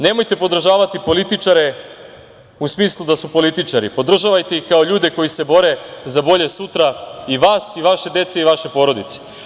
Nemojte podržavati političare u smislu da su političari, podržavajte ih kao ljude koji se bore za bolje sutra i vas i vaše dece i vaše porodice.